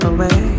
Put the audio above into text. Away